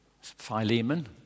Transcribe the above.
Philemon